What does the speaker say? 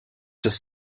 des